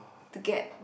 to get